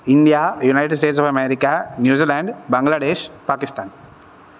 India United States of America New Zealand Bangladesh Pakistan